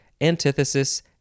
antithesis